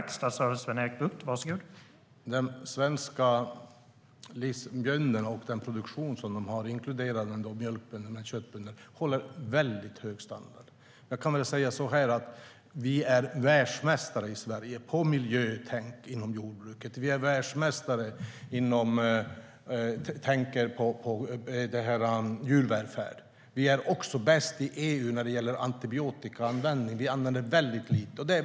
Herr talman! De svenska böndernas produktion, både mjölkböndernas och köttböndernas, håller en mycket hög standard. Jag kan säga att vi i Sverige är världsmästare på miljötänk inom jordbruket. Vi är världsmästare inom djurvälfärd. Vi är också bäst i EU när det gäller antibiotikaanvändning. Vi använder mycket lite antibiotika.